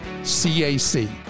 cac